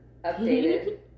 updated